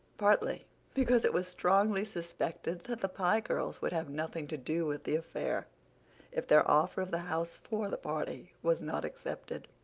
partly because it was strongly suspected that the pye girls would have nothing to do with the affair if their offer of the house for the party was not accepted.